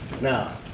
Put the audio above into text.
Now